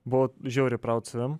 buvau žiauriai praut savim